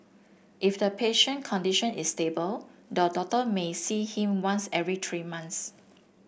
if the patient condition is stable the doctor may see him once every three months